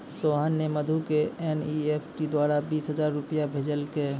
सोहन ने मधु क एन.ई.एफ.टी द्वारा बीस हजार रूपया भेजलकय